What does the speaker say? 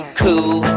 cool